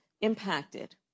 impacted